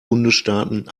bundesstaaten